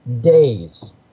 days